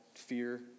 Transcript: fear